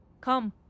Come